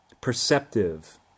perceptive